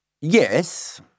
Yes